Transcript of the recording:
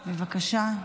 בבקשה.